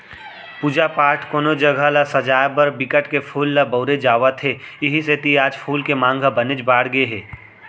पूजा पाठ, कोनो जघा ल सजाय बर बिकट के फूल ल बउरे जावत हे इहीं सेती आज फूल के मांग ह बनेच बाड़गे गे हे